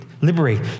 liberate